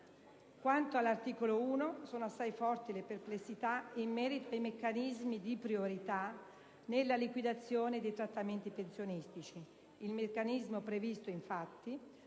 Quanto all'articolo 1, sono assai forti le perplessità in merito ai meccanismi di priorità nella liquidazione dei trattamenti pensionistici. Il meccanismo previsto, infatti,